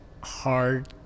hard